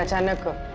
but chemical